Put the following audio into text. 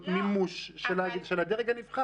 בשתי השיטות זה פשוט מימוש של הדרג הנבחר.